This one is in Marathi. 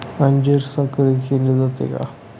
अंजीर संकरित केले जाते का?